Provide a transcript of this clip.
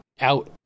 out